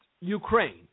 Ukraine